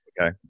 Okay